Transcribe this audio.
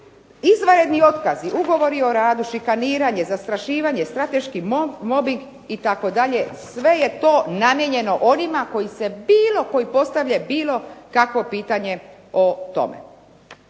Izvanredni otkazi, ugovori o radu, šikaniranje, zastrašivanje, strateški mobbing itd., sve je to namijenjeno onima koji se bilo, koji postave bilo kakvo pitanje o tome.